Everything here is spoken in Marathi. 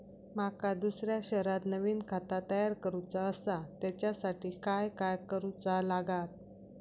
माका दुसऱ्या शहरात नवीन खाता तयार करूचा असा त्याच्यासाठी काय काय करू चा लागात?